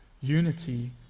unity